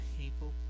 people